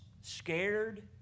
scared